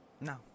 no